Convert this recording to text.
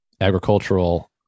agricultural